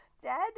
dead